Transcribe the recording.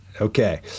Okay